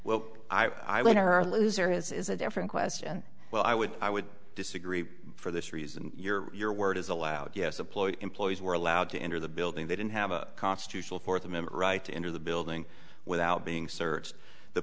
well i want her a loser is a different question well i would i would disagree for this reason your word is allowed yes a ploy employees were allowed to enter the building they didn't have a constitutional fourth amendment right to enter the building without being searched the